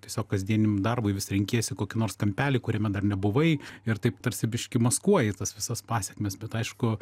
tiesiog kasdieniam darbui vis renkiesi kokį nors kampelį kuriame dar nebuvai ir taip tarsi biškį maskuoji tas visas pasekmes bet aišku